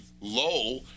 low